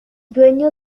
dueño